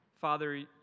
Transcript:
Father